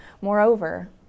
Moreover